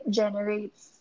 generates